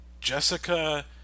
Jessica